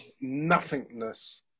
nothingness